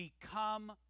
become